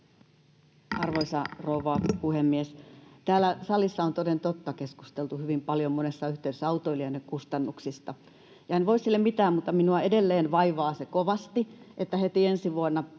Arvoisa rouva puhemies! Täällä salissa on, toden totta, keskusteltu hyvin paljon monessa yhteydessä autoilijoiden kustannuksista. En voi sille mitään, mutta minua edelleen vaivaa kovasti se, että heti ensi vuonna